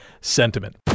sentiment